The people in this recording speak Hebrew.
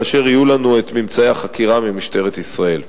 כאשר יהיו לנו ממצאי החקירה ממשטרת ישראל.